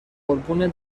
قربون